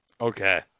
Okay